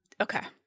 Okay